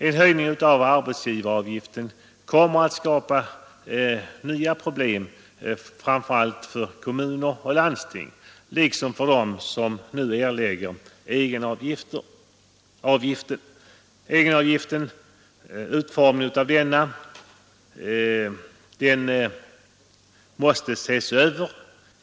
En höjning av arbetsgivaravgiften kommer att skapa nya problem framför allt för kommuner och landsting liksom för dem som nu erlägger egenavgifter. Utformningen av egenavgiften måste ses över.